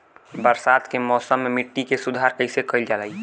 बरसात के मौसम में मिट्टी के सुधार कइसे कइल जाई?